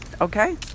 Okay